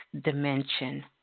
dimension